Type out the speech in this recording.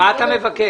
מה אתה מבקש?